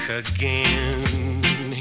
again